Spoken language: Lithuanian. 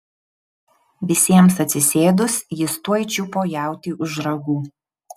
visiems atsisėdus jis tuoj čiupo jautį už ragų